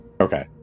Okay